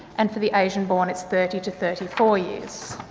and for the asian born it's thirty to thirty four years.